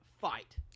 fight